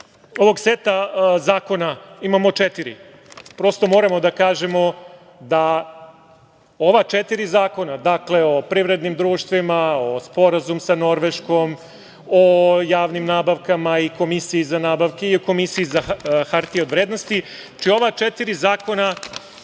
ovog seta zakona, imamo četiri. Prosto, moramo da kažemo da ova četiri zakona, dakle o privrednim društvima, Sporazum sa Norveškom, o javnim nabavkama i Komisiji za nabavke, i Komisiji za hartije od vrednosti, znači ova četiri zakona